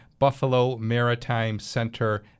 BuffaloMaritimeCenter